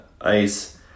ice